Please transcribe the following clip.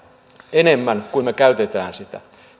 enemmän kuin me käytämme sitä